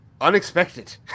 unexpected